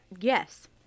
Yes